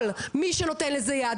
וכל מי שנותן לזה יד,